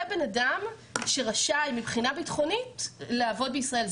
זה בן אדם שרשאי מבחינה ביטחונית לעבוד בישראל.